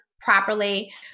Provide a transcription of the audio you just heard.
properly